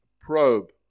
probe